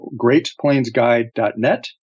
greatplainsguide.net